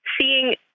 seeing